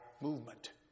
movement